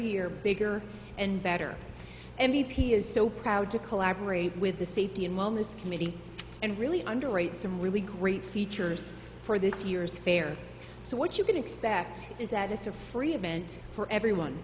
year bigger and better and b p is so proud to collaborate with the safety and wellness committee and really underwrite some really great features for this year's fair so what you can expect is that it's a free event for everyone